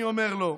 אני אומר לו.